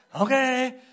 Okay